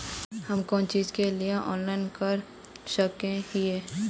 हम कोन चीज के लिए ऑनलाइन कर सके हिये?